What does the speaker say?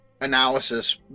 analysis